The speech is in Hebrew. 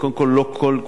כמו שאתה יודע,